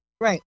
Right